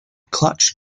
clutch